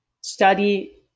study